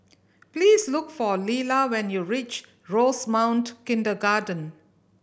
please look for Lella when you reach Rosemount Kindergarten